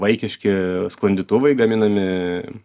vaikiški sklandytuvai gaminami